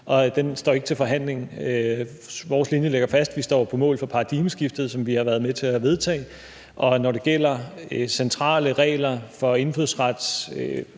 fru Marie Krarup efterlyste. Vores linje ligger fast: Vi står på mål for paradigmeskiftet, som vi har været med til at vedtage. Og når det gælder centrale regler for indfødsret,